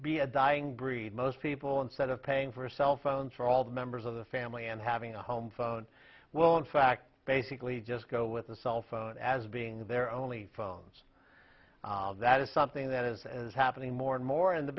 be a dying breed most people instead of paying for cell phones for all the members of the family and having a home phone well in fact basically just go with the cell phone as being their only phones that is something that is as happening more and more and the